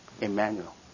Emmanuel